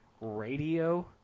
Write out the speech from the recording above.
radio